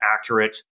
accurate